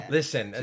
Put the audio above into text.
Listen